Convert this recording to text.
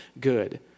good